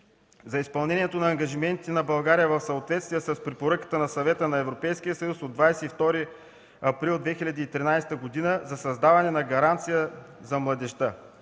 за изпълнението на ангажиментите на България в съответствие с препоръката на Съвета на Европейския съюз от 22 април 2013 г. за създаване на гаранция за младежта.